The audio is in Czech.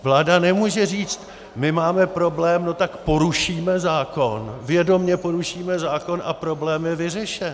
Vláda nemůže říct: my máme problém, tak porušíme zákon, vědomě porušíme zákon, a problém je vyřešen.